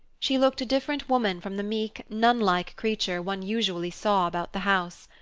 she looked a different woman from the meek, nunlike creature one usually saw about the house.